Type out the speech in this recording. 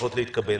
צריכות להתקבל.